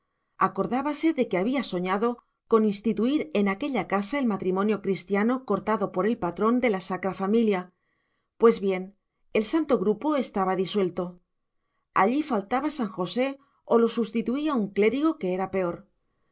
acordábase de que había soñado con instituir en aquella casa el matrimonio cristiano cortado por el patrón de la sacra familia pues bien el santo grupo estaba disuelto allí faltaba san josé o lo sustituía un clérigo que era peor